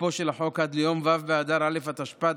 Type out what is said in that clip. תוקפו של החוק עד ליום ו' באדר א' התשפ"ד,